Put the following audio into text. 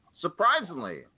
surprisingly